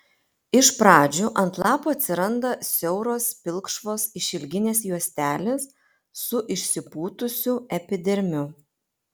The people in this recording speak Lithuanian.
iš pradžių ant lapų atsiranda siauros pilkšvos išilginės juostelės su išsipūtusiu epidermiu